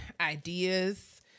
ideas